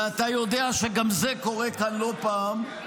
ואתה יודע שגם זה קורה כאן לא פעם,